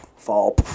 fall